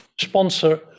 sponsor